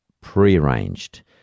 pre-arranged